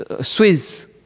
Swiss